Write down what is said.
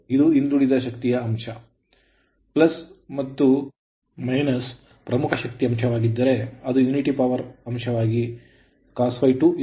ಇದು ಹಿಂದುಳಿದ ಶಕ್ತಿಯ ಅಂಶ ಮತ್ತು ಪ್ರಮುಖ ಶಕ್ತಿ ಅಂಶವಾಗಿದ್ದರೆ ಅದು unity power factor ಅಂಶವಾಗಿದ್ದರೆ cos ∅2 1 ಮತ್ತು sin ∅2 0